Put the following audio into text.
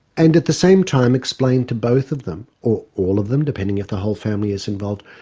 and at the same time explain to both of them or all of them depending if the whole family is involved,